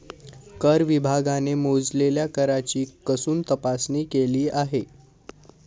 कर विभागाने मोजलेल्या कराची कसून तपासणी केली आहे